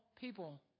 people